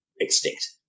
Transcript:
extinct